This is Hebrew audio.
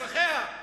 אזרחיה.